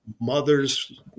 Mothers